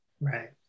Right